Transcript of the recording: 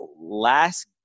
last